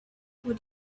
would